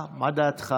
מה דעתך?